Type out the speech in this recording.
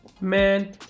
man